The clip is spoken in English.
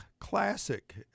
classic